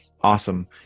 Awesome